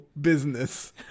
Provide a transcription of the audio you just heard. business